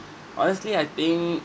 honestly I think